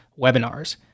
webinars